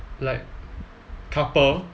like couple